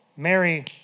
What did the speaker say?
Mary